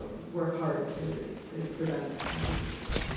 work hard to to prevent the use of that.